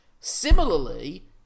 similarly